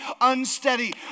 unsteady